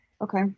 Okay